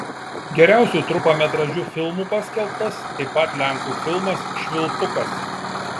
geriausiu trumpametražiu filmu paskelbtas taip pat lenkų filmas švilpukas